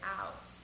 out